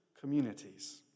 communities